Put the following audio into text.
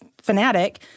fanatic